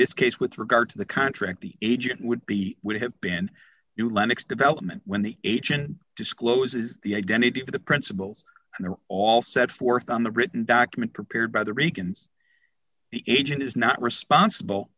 this case with regard to the contract the agent would be would have been you linux development when the agent discloses the identity of the principals and they were all set forth on the written document prepared by the reagans egypt is not responsible